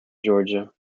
georgia